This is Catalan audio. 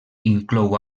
inclou